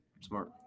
smart